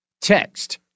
text